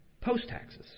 post-taxes